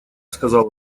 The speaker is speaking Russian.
сказал